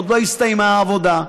עוד לא הסתיימה העבודה,